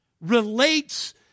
relates